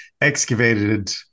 excavated